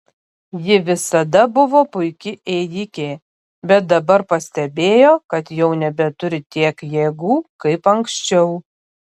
ji visada buvo puiki ėjike bet dabar pastebėjo kad jau nebeturi tiek jėgų kaip anksčiau